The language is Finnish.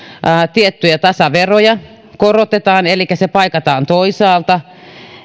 tiettyjä tasaveroja korotetaan elikkä se paikataan toisaalta